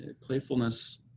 Playfulness